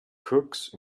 cooks